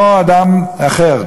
או אדם אחר,